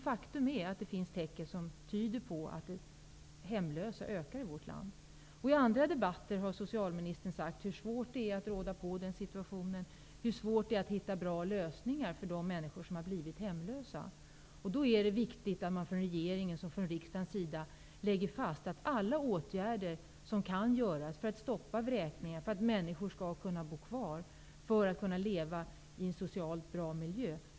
Faktum är att det finns tecken som tyder på att antalet hemlösa ökar i vårt land. I andra debatter har socialministern sagt hur svårt det är att råda på denna situation och att hitta bra lösningar för de människor som har blivit hemlösa. Det är då viktigt att från regeringens och riksdagens sida lägga fast att alla åtgärder som kan vidtas skall sättas in för att stoppa vräkningar, så att människor skall kunna bo kvar och leva i en socialt bra miljö.